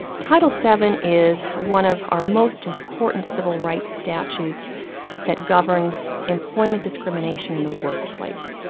title seven is one of our most important civil rights statutes that governs employment discrimination in the workplace.